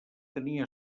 tenia